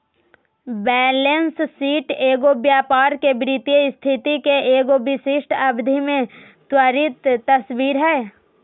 balance sheet एगो व्यापार के वित्तीय स्थिति के एगो विशिष्ट अवधि में त्वरित तस्वीर हइ